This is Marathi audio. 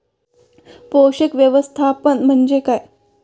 पोषक व्यवस्थापन म्हणजे काय?